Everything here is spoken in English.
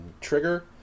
Trigger